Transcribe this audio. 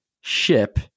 ship